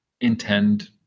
intend